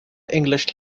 english